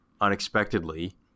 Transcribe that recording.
unexpectedly